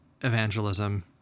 evangelism